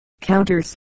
counters